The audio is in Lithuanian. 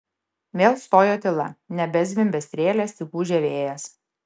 vėl stojo tyla nebezvimbė strėlės tik ūžė vėjas